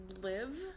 Live